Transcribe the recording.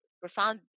profound